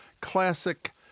classic